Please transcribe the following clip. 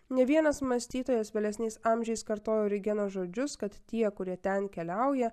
ne vienas mąstytojas vėlesniais amžiais kartojo origeno žodžius kad tie kurie ten keliauja